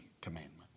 commandment